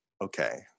okay